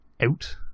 out